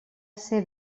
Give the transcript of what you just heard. ser